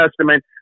Testament